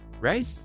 Right